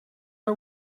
are